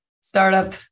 startup